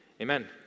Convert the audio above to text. Amen